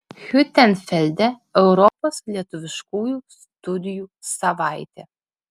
hiutenfelde europos lietuviškųjų studijų savaitė